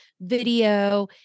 video